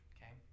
Okay